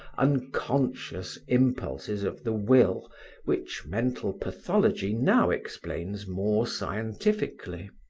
unconscious impulses of the will which mental pathology now explains more scientifically.